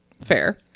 Fair